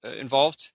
involved